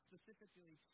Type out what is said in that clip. specifically